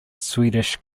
swedish